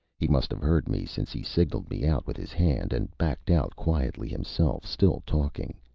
he must have heard me, since he signalled me out with his hand, and backed out quietly himself, still talking.